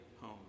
home